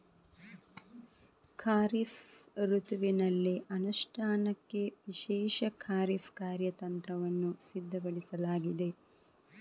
ಖಾರಿಫ್ ಋತುವಿನಲ್ಲಿ ಅನುಷ್ಠಾನಕ್ಕೆ ವಿಶೇಷ ಖಾರಿಫ್ ಕಾರ್ಯತಂತ್ರವನ್ನು ಸಿದ್ಧಪಡಿಸಲಾಗಿದೆ